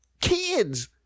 kids